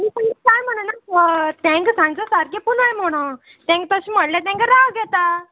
तुमी पयलीं कांय म्हणना सर तेंका सांगता सारकें पूंजय म्हणोन तेंका तशें म्हणलें तेंकां राग येता